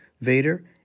Vader